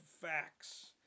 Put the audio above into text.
facts